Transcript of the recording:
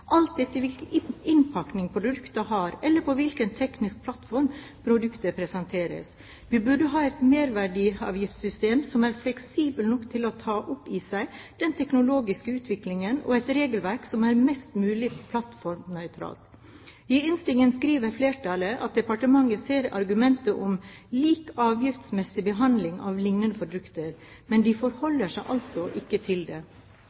alt etter hvilken innpakning produktet har, eller på hvilken teknisk plattform produktet presenteres. Vi burde ha et merverdiavgiftssystem som er fleksibelt nok til å ta opp i seg den teknologiske utviklingen og et regelverk som er mest mulig plattformnøytralt. I innstillingen skriver flertallet at departementet ser argumentet om «lik avgiftsmessig behandling av lignende produkter», men de forholder seg altså ikke til det.